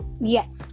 Yes